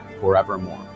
forevermore